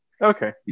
Okay